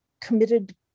committed